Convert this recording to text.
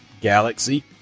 galaxy